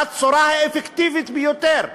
בצורה האפקטיבית ביותר,